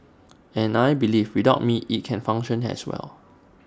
and I believe without me IT can function as well